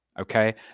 Okay